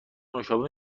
نوشابه